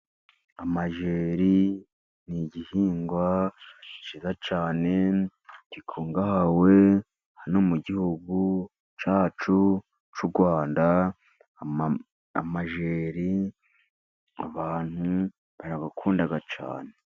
Amajeri ni igihingwa cyiza cyane, gikungahaye hano mu gihugu cyacu cy'u Rwanda. Amajeri abantu barayakunda cyane.